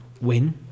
win